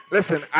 Listen